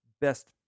Best